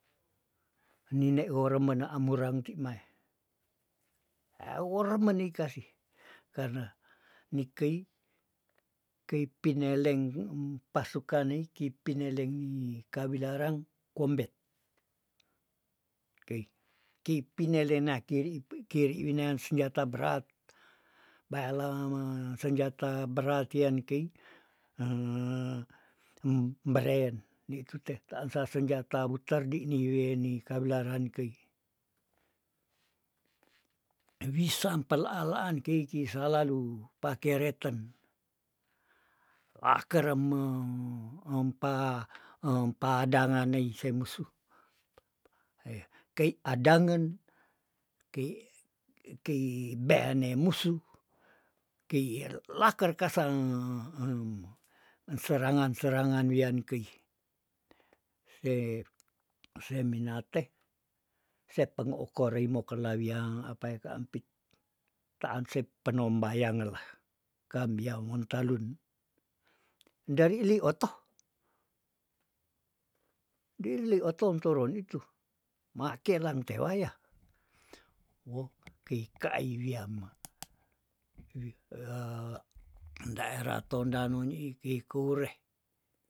Nine oremena amurang timae, ae ora meni kasi karna nikei- kei pineleng empasukan nei ki pineleng ni kawilarang kombet kei- kei pinelena kiri pei kiri winean senjata berat baeleme senjata beratian kei hembren nitute taansa senjata butardi niweni kawilaran kei, wisan pel alaan keiki salalu pakereten wakeremeu empa- empadanga dei semusuh heh kei adangen kei e kei beane musuh, kei laker kasang em serangan- serangan wiani kei se- se minate se peng okorei mokola wiang apae ka ampit taan sep penom bayang ngelah kem biya ngontalun, ndari li oto, di li oto ntoron itu ma kelang tewayah, woh kei kai wiam ma, wih ea ndaerah tondano ni keikure.